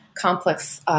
complex